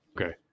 Okay